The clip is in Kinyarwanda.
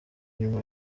inyuma